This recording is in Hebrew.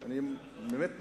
אני באמת מתפעל.